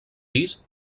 pis